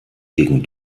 gegen